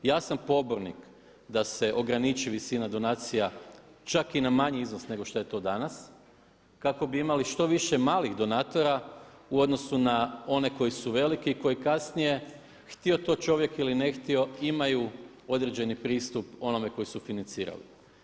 Ja sam pobornik da se ograniči visina donacija čak i na manji iznos nego što je to danas kako bi imali što više malih donatora u odnosu na one koji su veliki koji kasnije htio to čovjek ili ne htio imaju određeni pristup onome koji su financirali.